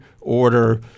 order